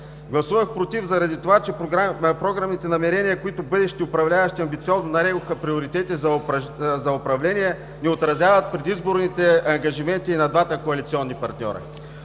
Гласувах „против“, заради това че програмните намерения, които бъдещите управляващи амбициозно нарекоха „приоритети за управление“, не отразяват предизборните ангажименти и на двата коалиционни партньори.